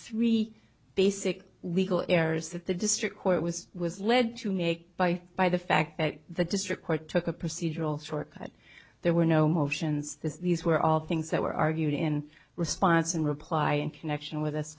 three basic legal errors that the district court was was led to make by by the fact that the district court took a procedural shortcut there were no motions this these were all things that were argued in response and reply in connection with us